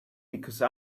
because